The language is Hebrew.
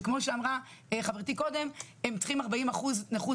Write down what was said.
שכמו שאמרה חברתי קודם הם צריכים 40 אחוז נכות